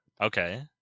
Okay